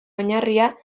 oinarria